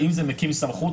האם זה מקים סמכות?